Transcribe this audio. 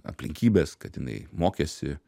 aplinkybės kad jinai mokėsi